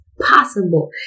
possible